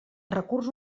recurs